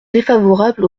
défavorable